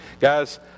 Guys